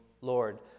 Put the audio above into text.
Lord